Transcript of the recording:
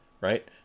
right